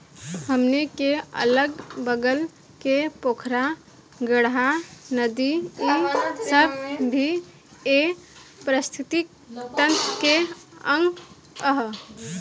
हमनी के अगल बगल के पोखरा, गाड़हा, नदी इ सब भी ए पारिस्थिथितिकी तंत्र के अंग ह